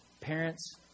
Parents